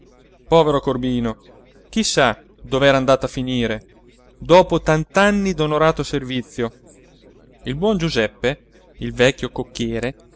povero corbino chi sa dov'era andato a finire dopo tant'anni d'onorato servizio il buon giuseppe il vecchio cocchiere